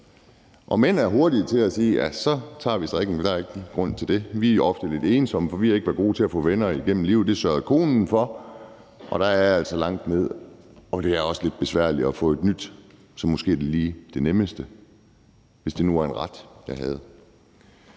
og mænd er hurtige til at sige, at ja, så tager de strikken, for der er ikke nogen grund til at gøre andet. Vi er ofte lidt ensomme, for vi har ikke været gode til at få venner igennem livet, og det sørgede konen for, og der er altså langt ned, og det er også lidt besværligt at få et nyt liv. Så måske er det lige det nemmeste, hvis det nu var en ret, jeg havde.